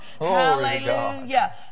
hallelujah